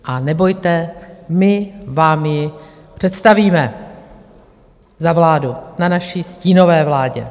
A nebojte, my vám ji představíme za vládu na naší stínové vládě.